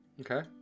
Okay